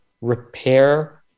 repair